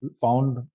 found